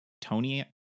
tony